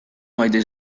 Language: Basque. maite